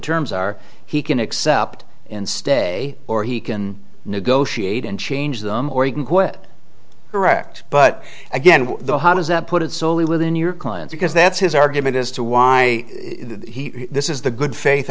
terms are he can accept and stay or he can negotiate and change them or you can quit correct but again the how does that put it solely within your client because that's his argument as to why this is the good faith